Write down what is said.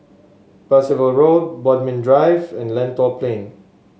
Percival Road Bodmin Drive and Lentor Plain